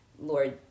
Lord